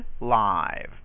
live